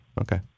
Okay